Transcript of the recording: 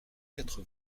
quatre